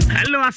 Hello